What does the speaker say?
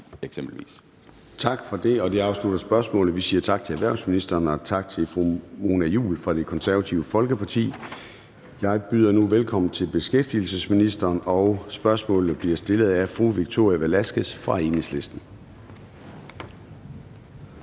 Tak for det. Det afslutter spørgsmålet, og vi siger tak til erhvervsministeren og tak til fru Mona Juul fra Det Konservative Folkeparti. Jeg byder nu velkommen til beskæftigelsesministeren, og spørgsmålet bliver stillet af fru Victoria Velasquez fra Enhedslisten.